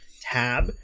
tab